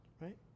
right